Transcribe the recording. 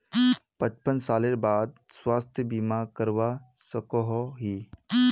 पचपन सालेर बाद स्वास्थ्य बीमा करवा सकोहो ही?